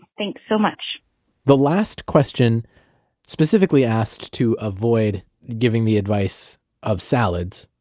thanks so much the last question specifically asked to avoid giving the advice of salads.